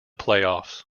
playoffs